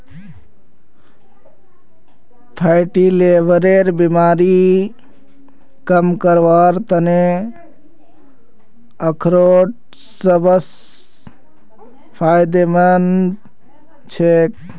fatty लीवरेर बीमारी कम करवार त न अखरोट सबस फायदेमंद छेक